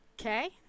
okay